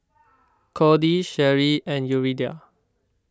Kody Sherri and Yuridia